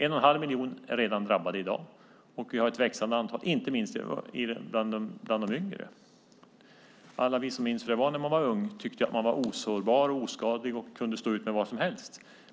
En och en halv miljon människor har redan drabbats i dag, och antalet växer, inte minst bland de yngre. Alla vi minns hur det var när man var ung. Man tyckte att man var osårbar och kunde stå ut med vad som helst.